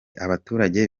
abaturage